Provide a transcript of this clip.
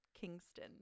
kingston